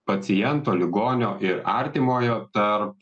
paciento ligonio ir artimojo tarp